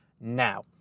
Now